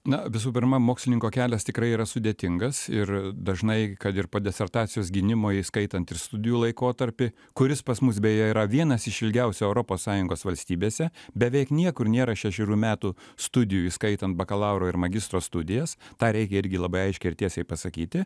na visų pirma mokslininko kelias tikrai yra sudėtingas ir dažnai kad ir po desertacijos gynimo įskaitant ir studijų laikotarpį kuris pas mus beje yra vienas iš ilgiausių europos sąjungos valstybėse beveik niekur nėra šešerių metų studijų įskaitant bakalauro ir magistro studijas tą reikia irgi labai aiškiai ir tiesiai pasakyti